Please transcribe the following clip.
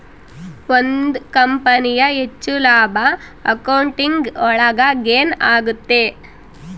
ಒಂದ್ ಕಂಪನಿಯ ಹೆಚ್ಚು ಲಾಭ ಅಕೌಂಟಿಂಗ್ ಒಳಗ ಗೇನ್ ಆಗುತ್ತೆ